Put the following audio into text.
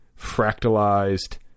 fractalized